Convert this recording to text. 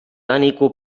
unequal